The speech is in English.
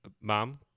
mom